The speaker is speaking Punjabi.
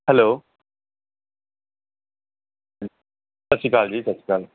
ਹੈਲੋ ਸਤਿ ਸ਼੍ਰੀ ਅਕਾਲ ਜੀ ਸਤਿ ਸ਼੍ਰੀ ਅਕਾਲ